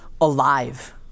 alive